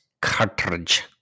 cartridge